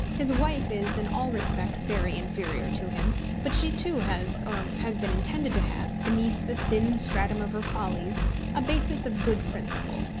his wife is in all respects very inferior to him but she, too, has, or has been intended to have, beneath the thin stratum of her follies a basis of good principle,